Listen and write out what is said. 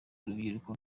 urubyiruko